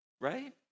right